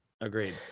agreed